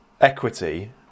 equity